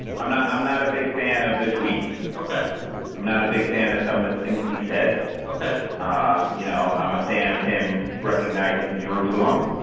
i'm not i'm not a big fan of the tweets ok i'm not a big fan of some of the things he says ok ah you know, i'm a fan of him recognizing jerusalem.